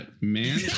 man